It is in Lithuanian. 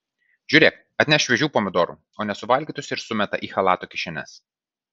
žiūrėk atneš šviežių pomidorų o nesuvalgytus ir sumeta į chalato kišenes